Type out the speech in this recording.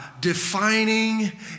defining